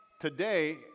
Today